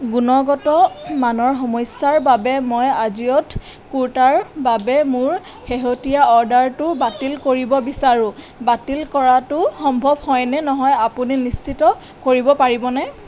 গুণগত মানৰ সমস্যাৰ বাবে মই আজিঅ'ত কুৰ্তাৰ বাবে মোৰ শেহতীয়া অৰ্ডাৰটো বাতিল কৰিব বিচাৰোঁ বাতিল কৰাটো সম্ভৱ হয়নে নহয় আপুনি নিশ্চিত কৰিব পাৰিবনে